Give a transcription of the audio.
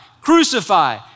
Crucify